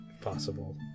possible